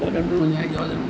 யோசன பண்